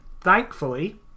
thankfully